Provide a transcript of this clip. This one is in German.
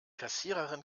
kassiererin